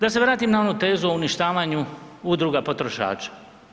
Da se vratim na onu tezu o uništavanju udruga potrošača.